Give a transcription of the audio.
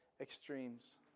extremes